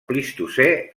plistocè